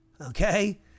okay